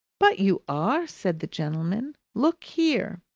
but you are! said the gentleman. look here!